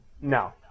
No